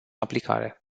aplicare